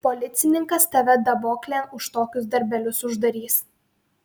policininkas tave daboklėn už tokius darbelius uždarys